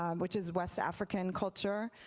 um which is west african culture,